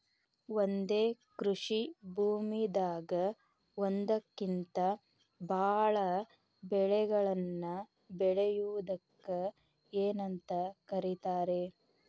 ಒಂದೇ ಕೃಷಿ ಭೂಮಿದಾಗ ಒಂದಕ್ಕಿಂತ ಭಾಳ ಬೆಳೆಗಳನ್ನ ಬೆಳೆಯುವುದಕ್ಕ ಏನಂತ ಕರಿತಾರೇ?